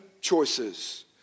choices